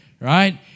right